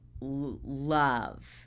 love